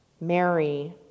Mary